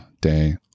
day